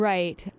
Right